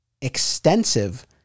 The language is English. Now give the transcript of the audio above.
extensive